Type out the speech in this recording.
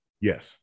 Yes